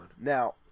Now